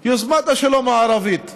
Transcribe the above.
יוזמת השלום הערבית,